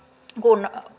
kun